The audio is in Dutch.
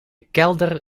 kelder